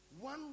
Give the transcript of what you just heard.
one